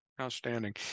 Outstanding